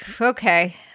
Okay